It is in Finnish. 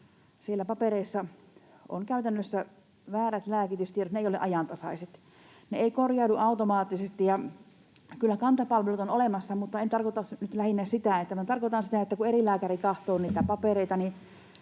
papereissa on käytännössä väärät lääkitystiedot, ne eivät ole ajantasaiset, ne eivät korjaudu automaattisesti. Ja kyllä Kanta-palvelut on olemassa, mutta en tarkoita nyt lähinnä sitä. Minä tarkoitan sitä, että kun eri lääkäri katsoo niitä papereita,